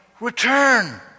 return